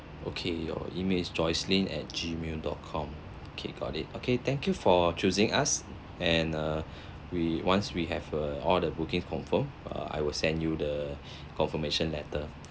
okay your email is joycelyn at gmail dot com okay got it okay thank you for choosing us and err we once we have err all the bookings confirm err I will send you the confirmation letter